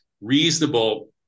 reasonable